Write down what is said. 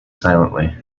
silently